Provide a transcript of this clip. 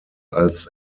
als